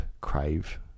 crave